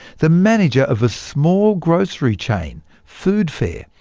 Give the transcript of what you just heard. the manager of a small grocery chain, food fair,